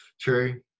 True